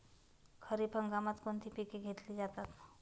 खरीप हंगामात कोणती पिके घेतली जातात?